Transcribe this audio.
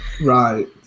right